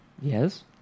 Yes